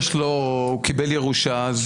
קיבל ירושה.